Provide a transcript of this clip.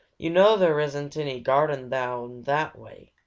you know there isn't any garden down that way,